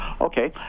Okay